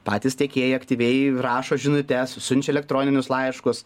patys tiekėjai aktyviai rašo žinutes siunčia elektroninius laiškus